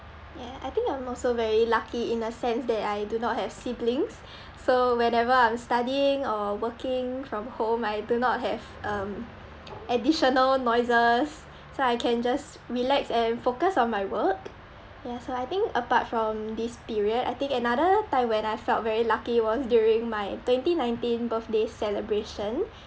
ya I think I'm also very lucky in a sense that I do not have siblings so whenever I'm studying or working from home I do not have um additional noises so I can just relax and focus on my work ya so I think apart from this period I think another time when I felt very lucky was my twenty nineteen birthday celebration